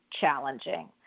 challenging